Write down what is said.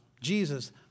Jesus